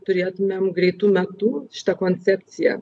turėtumėm greitu metu šitą koncepciją